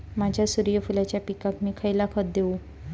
माझ्या सूर्यफुलाच्या पिकाक मी खयला खत देवू?